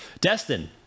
Destin